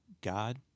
God